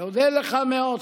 מודה לך מאוד.